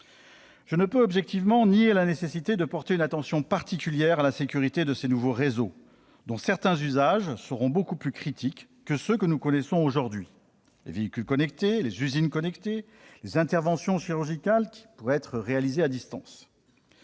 Je ne puis objectivement nier la nécessité de porter une attention particulière à la sécurité de ces nouveaux réseaux, dont certains usages seront beaucoup plus critiques que ceux que nous connaissons aujourd'hui ; je pense aux véhicules connectés, aux usines connectées et aux interventions chirurgicales qui pourraient être réalisées à distance.